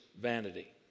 vanity